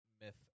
myth